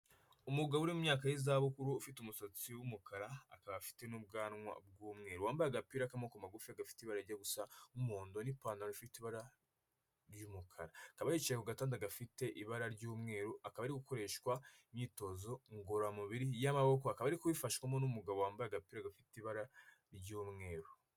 Umugabo uri myaka y'izabukuru ufite umusatsi w'umukara, akaba afite n'ubwanwa bw'umweru wambaye agapira k'amaboko magufi gafite ibara rijya gusa n'umuhondo n'ipantaro ifite ibara ry'umukara. Akaba yicaye ku gatanda gafite ibara ry'umweru, akaba ari gukoreshwa imyitozo ngororamubiri y'amaboko. Akaba ari kubifashwamo n'umugabo wambaye agapira gafite ibara ry'umweru.